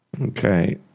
Okay